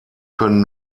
können